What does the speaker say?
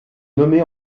nommé